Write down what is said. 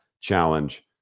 challenge